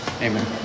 Amen